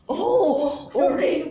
oh oh